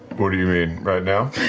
what do you mean, right now?